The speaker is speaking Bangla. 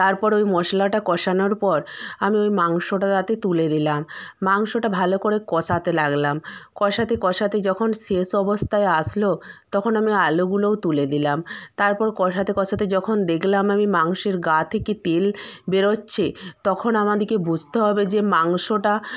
তারপর ওই মশলাটা কষানোর পর আমি ওই মাংসটা তাতে তুলে দিলাম মাংসটা ভালো করে কষাতে লাগলাম কষাতে কষাতে যখন শেষ অবস্থায় আসলো তখন আমি আলুগুলোও তুলে দিলাম তারপর কষাতে কষাতে যখন দেখলাম আমি মাংসের গা থেকে তেল বেরচ্ছে তখন আমাদেরকে বুঝতে হবে যে মাংসটা